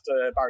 Barry